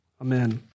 Amen